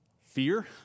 fear